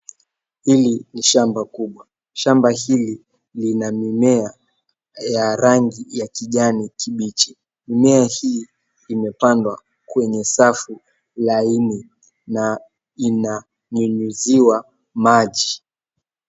Hili ni shamba kubwa. Shamba hili lina mimea ya rangi ya kijani kibichi. Mimea hii imepandwa kwenye safu laini na ina nyunyiziwa maji.